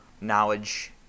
knowledge